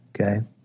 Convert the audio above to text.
Okay